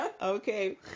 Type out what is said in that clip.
Okay